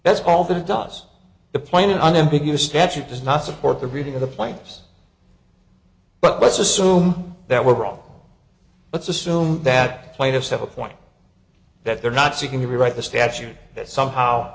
that's all that it does the plain and unambiguous statute does not support the reading of the players but let's assume that we're wrong let's assume that plaintiffs have a point that they're not seeking to rewrite the statute that somehow